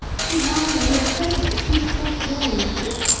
she laughingly asserted that she had just learned that,